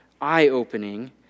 eye-opening